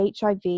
hiv